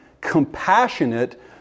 compassionate